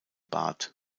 bart